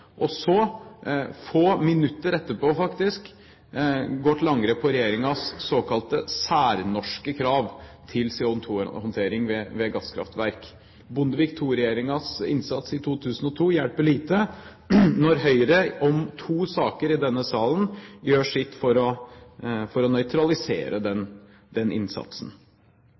og så – få minutter etterpå, faktisk – gå til angrep på regjeringens såkalte særnorske krav til CO2-håndtering ved gasskraftverk. Bondevik II-regjeringens innsats i 2002 hjelper lite når Høyre i to saker i denne salen gjør sitt for å nøytralisere den innsatsen.